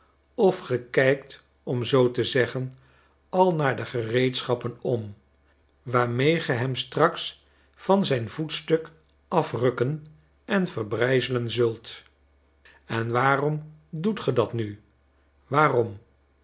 of ge kijkt om zoo te zeggen al naar de gereedschappen om waarmee ge hem straks van zijn voetstuk afrukken en verbrijzelen zult en waarom doet ge dat nu waarom